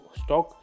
stock